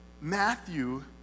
Matthew